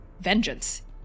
vengeance